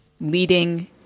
Leading